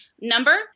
number